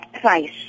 price